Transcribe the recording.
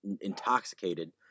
intoxicated